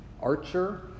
archer